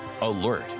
alert